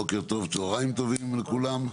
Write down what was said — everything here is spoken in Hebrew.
בוקר טוב וצהרים טובים לכולם.